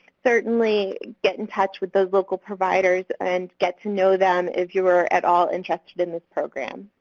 certainly get in touch with those local providers and get to know them if you are at all interested in this program.